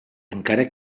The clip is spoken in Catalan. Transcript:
encara